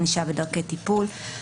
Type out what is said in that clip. ענישה ודרכי טיפול),